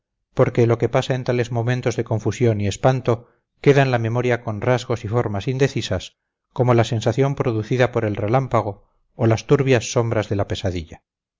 porque lo que pasa en tales momentos de confusión y espanto queda en la memoria con rasgos y formas indecisas como la sensación producida por el relámpago o las turbias sombras de la pesadilla